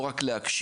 לא רק להקשיב,